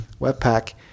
webpack